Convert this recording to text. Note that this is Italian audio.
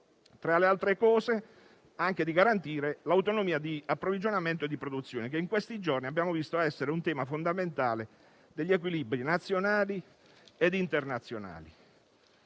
tra le altre cose, anche di garantire l'autonomia di approvvigionamento e di produzione, che in questi giorni abbiamo visto essere un tema fondamentale degli equilibri nazionali ed internazionali.